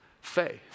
faith